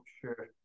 sure